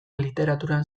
literaturan